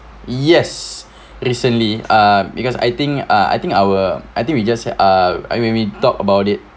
yes recently uh because I think uh I think our I think we just uh when we talk about it